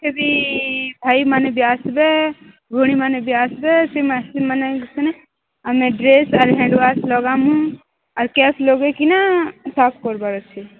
କିଛି ଭାଇମାନେ ବି ଆସିବେ ଭଉଣୀମାନେ ବି ଆସିବେ ସେମାନେ ସେମାନେ ସେନେ ଆମେ ଡ୍ରେସ୍ ହ୍ୟାଣ୍ଡ ୱାସ୍ ଲଗାମୁଁ ଆର୍ କ୍ୟାପ୍ ଲଗାଇ କିନା ସାଫ୍ କରିବାର ଅଛି